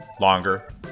longer